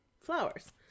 flowers